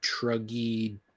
truggy